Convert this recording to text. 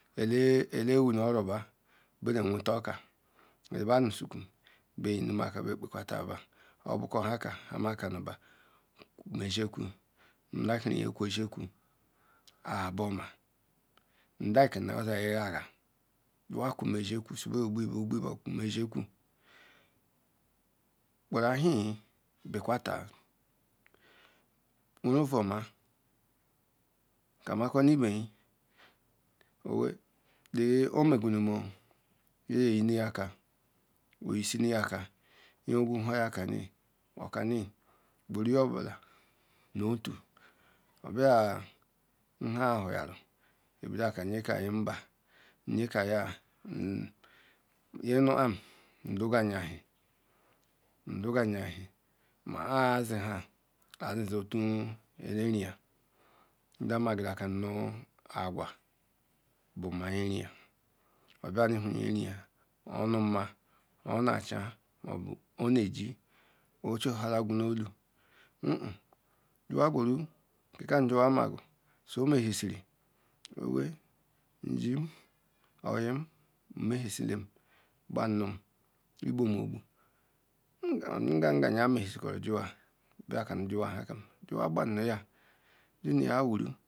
Olla iwo nu oro ba nu sukuin bekpa taba obokorioko nuokwunu ba ezekwu am like kirim okwu eziokwu nu like yin kwu azi okwu guru ahen be quater weren ovo omon kamakanu iben la omeganum meya yin i aka obola nhan who yaru ika nu yin obo ka yin eli yin kam nzo nu duu ahen ma an an ne zen tu yenreyen ndam ka an akwo yeneyan bu nu ma abodon won yerenye or ne chen or ne jel. a osoalaru nolu inin jan kwu ru kam emaru ome has ila sukwu eyim mme ha silam kbaru ibom oh ngan ya mehesi juwa bia keanu jowa kpann ya.